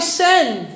send